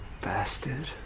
bastard